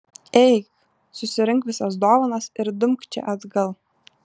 eik susirink visas dovanas ir dumk čia atgal